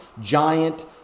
giant